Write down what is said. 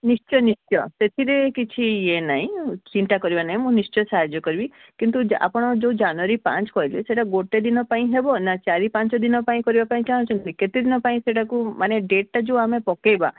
ନିଶ୍ଚୟ ନିଶ୍ଚୟ ସେଥିରେ କିଛି ଇଏ ନାହିଁ ଚିନ୍ତା କରିବା ନାହିଁ ମୁଁ ନିଶ୍ଚୟ ସାହାଯ୍ୟ କରିବି କିନ୍ତୁ ଆପଣ ଯେଉଁ ଜାନୁଆରୀ ପାଞ୍ଚ କହିଲେ ସେଇଟା ଗୋଟେ ଦିନ ପାଇଁ ହେବ ନା ଚାରି ପାଞ୍ଚ ଦିନ ପାଇଁ କରିବା ପାଇଁ ଚାହୁଁଛନ୍ତି କେତେ ଦିନ ପାଇଁ ସେଇଟାକୁ ମାନେ ଡେଟ୍ ଯେଉଁ ଆମେ ପକାଇବା